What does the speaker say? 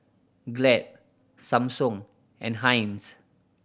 Glad Samsung and Heinz